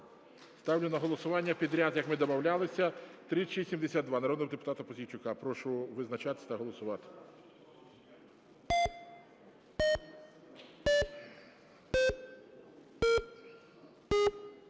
Ставлю на голосування підряд, як ми і домовлялися. 3672 народного депутата Пузійчука. Прошу визначатись та голосувати.